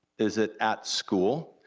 is it at school?